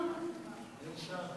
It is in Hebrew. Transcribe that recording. באיזו שעה?